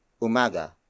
umaga